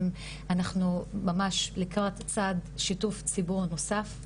אנחנו ממש לקראת צעד שיתוף ציבור נוסף.